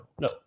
no